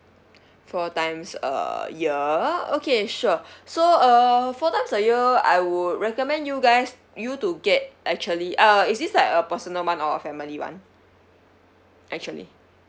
four times a year okay sure so uh four times a year I would recommend you guys you to get actually uh is this like a personal one or a family one actually